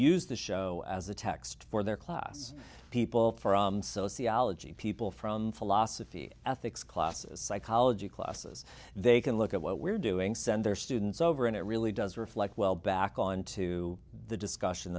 use the show as a text for their class people from sociology people from philosophy ethics classes psychology classes they can look at what we're doing send their students over and it really does reflect well back on to the discussion